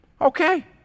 okay